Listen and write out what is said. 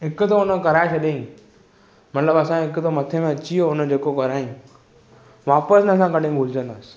हिकु दफ़ो हुन कराए छॾियांइ मतिलबु असांजे हिकदमि मथे में अची वियो हुन जेके करायांइ वापसि न असां कॾहिं भुलजंदासीं